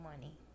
money